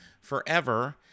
forever